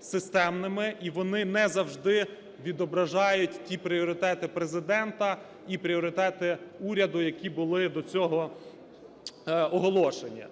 системними. І вони не завжди відображають ті пріоритети Президента і пріоритети уряду, які були до цього оголошені.